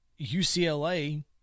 UCLA